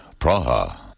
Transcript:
Praha